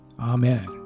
Amen